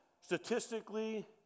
Statistically